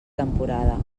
temporada